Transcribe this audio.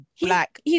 black